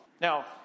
Now